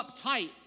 uptight